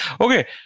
Okay